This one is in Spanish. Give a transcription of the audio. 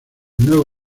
nuevo